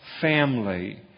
family